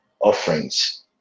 offerings